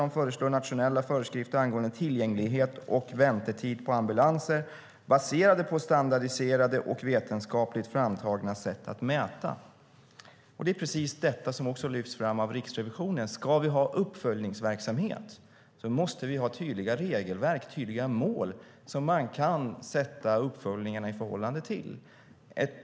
De föreslår nationella föreskrifter angående tillgänglighet och väntetid på ambulanser, baserade på standardiserade och vetenskapligt framtagna sätt att mäta. Det är precis detta som också lyfts fram av Riksrevisionen. Ska vi ha uppföljningsverksamhet måste vi ha tydliga regelverk, tydliga mål som man kan sätta uppföljningarna i förhållande till.